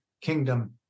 kingdom